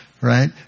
right